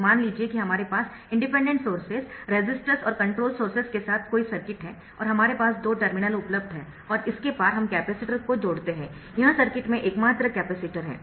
तो मान लीजिए कि हमारे पास इंडिपेंडेंट सोर्सेस रेसिस्टर्स और कंट्रोल्ड सोर्सेस के साथ कोई सर्किट है और हमारे पास दो टर्मिनल उपलब्ध है और इसके पार हम कैपेसिटर को जोड़ते है यह सर्किट में एकमात्र कैपेसिटर है